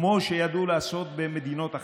כמו שידעו לעשות במדינות אחרות.